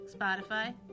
Spotify